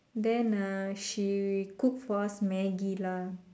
then uh she cook for us Maggi lah